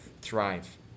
thrive